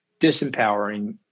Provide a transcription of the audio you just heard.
disempowering